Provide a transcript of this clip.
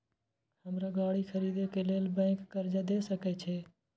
हमरा गाड़ी खरदे के लेल बैंक कर्जा देय सके छे?